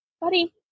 buddy